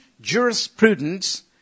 jurisprudence